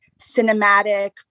cinematic